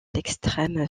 l’extrême